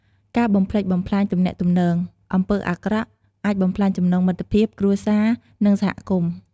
ការបំផ្លិចបំផ្លាញទំនាក់ទំនង អំពើអាក្រក់អាចបំផ្លាញចំណងមិត្តភាព គ្រួសារ និងសហគមន៍។